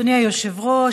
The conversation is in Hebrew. אדוני היושב-ראש,